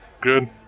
Good